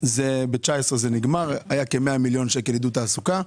ב-19 נגמר, היה כ-100 מיליון שקל עידוד תעסוקה.